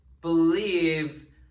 believe